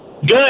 Good